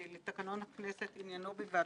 בסמכויותיה של ועדת חקירה פרלמנטרית